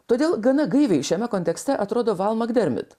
todėl gana gaiviai šiame kontekste atrodo val mak dermit